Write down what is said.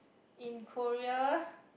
in Korea